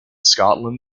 scotland